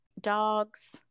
dogs